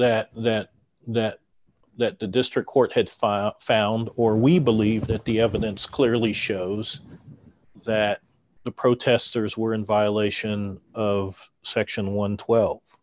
that that that that the district court had filed found or we believe that the evidence clearly shows that the protesters were in violation of section one